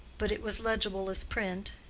but it was legible as print,